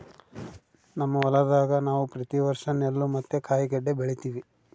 ನಮ್ಮ ಹೊಲದಾಗ ನಾವು ಪ್ರತಿ ವರ್ಷ ನೆಲ್ಲು ಮತ್ತೆ ಕಾಯಿಗಡ್ಡೆ ಬೆಳಿತಿವಿ